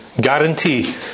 guarantee